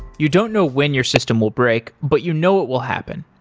you don't know when your system will break, but you know it will happen.